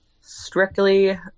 strictly